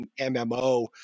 MMO